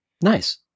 nice